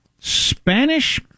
Spanish